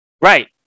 Right